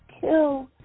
kill